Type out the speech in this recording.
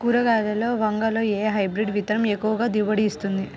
కూరగాయలలో వంగలో ఏ హైబ్రిడ్ విత్తనం ఎక్కువ దిగుబడిని ఇస్తుంది?